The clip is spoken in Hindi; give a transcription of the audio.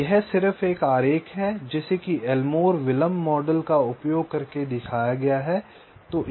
तो यह सिर्फ एक आरेख है जिसे कि एलमोर विलंब मॉडल का उपयोग करके दिखाया गया है